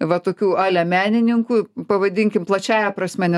va tokių ale menininkų pavadinkim plačiąja prasme nes